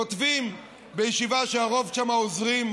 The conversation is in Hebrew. כותבים בישיבה שהרוב בה עוזרים,